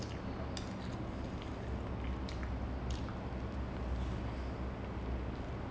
dancing actor wise I think the only [one] that I know that it's really good is prabu deva his brothers lah